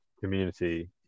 community